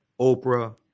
oprah